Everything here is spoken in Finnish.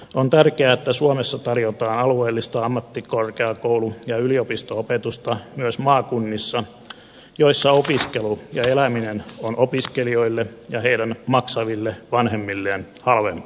on tärkeää että suomessa tarjotaan alueellista ammattikorkeakoulu ja yliopisto opetusta myös maakunnissa joissa opiskelu ja eläminen ovat opiskelijoille ja heidän maksaville vanhemmilleen halvempaa